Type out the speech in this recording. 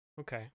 Okay